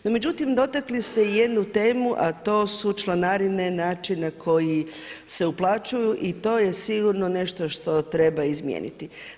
No, međutim dotakli ste jednu temu a to su članarine, način na koji se uplaćuju i to je sigurno nešto što treba izmijeniti.